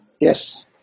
Yes